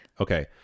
Okay